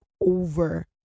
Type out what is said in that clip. over